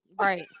Right